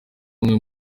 bamwe